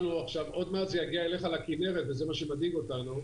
עוד מעט זה יגיע אליך לכנרת, וזה מה שמדאיג אותנו.